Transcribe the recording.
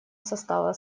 состава